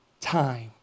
time